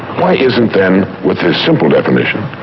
why isn't then, with this simple definition,